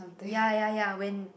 ya ya ya when